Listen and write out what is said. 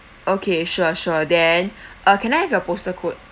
okay sure sure then uh can I have your postal code